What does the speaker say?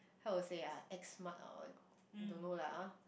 how to say ah act smart or what don't know lah